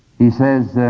he says,